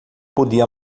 podia